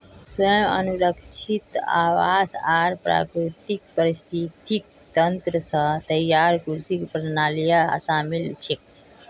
स्व अनुरक्षित आवास आर प्राकृतिक पारिस्थितिक तंत्र स तैयार कृषि प्रणालियां शामिल छेक